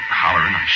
hollering